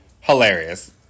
hilarious